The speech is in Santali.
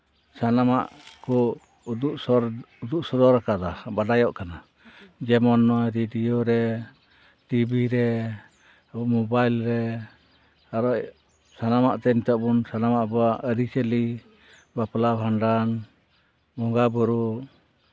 ᱥᱟᱱᱟᱢᱟᱜ ᱠᱚ ᱩᱫᱩᱜ ᱥᱚᱫᱚᱨᱟ ᱩᱫᱩᱜ ᱥᱚᱫᱚᱨᱟᱠᱟᱫᱟ ᱵᱟᱰᱟᱭᱚᱜ ᱠᱟᱱᱟ ᱡᱮᱢᱚᱱ ᱱᱚᱜᱼᱚᱭ ᱨᱮᱰᱤᱭᱳ ᱨᱮ ᱴᱤᱵᱷᱤ ᱨᱮ ᱢᱳᱵᱟᱭᱤᱞ ᱨᱮ ᱟᱨᱚ ᱥᱟᱱᱟᱢᱟᱜ ᱛᱮ ᱱᱤᱛᱳᱜ ᱵᱚᱱ ᱥᱟᱱᱟᱢᱟᱜ ᱟᱨᱤᱪᱟᱞᱤ ᱵᱟᱯᱞᱟ ᱵᱷᱟᱸᱰᱱ ᱵᱚᱸᱜᱟᱵᱩᱨᱩ